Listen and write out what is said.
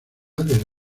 del